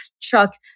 Chuck